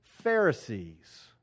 Pharisees